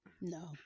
No